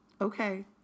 Okay